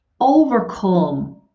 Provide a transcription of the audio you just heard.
overcome